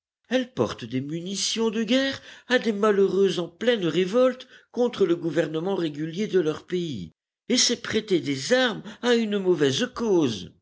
elle porte des munitions de guerre à des malheureux en pleine révolte contre le gouvernement régulier de leur pays et c'est prêter des armes à une mauvaise cause